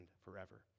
forever